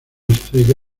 estrella